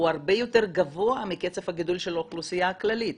הוא הרבה יותר גבוה מקצב הגידול של האוכלוסייה הכללית.